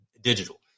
digital